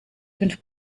fünf